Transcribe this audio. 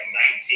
19